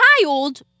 child